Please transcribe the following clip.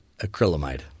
Acrylamide